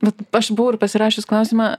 bet aš buvau ir pasirašius klausimą